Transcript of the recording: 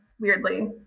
weirdly